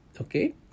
okay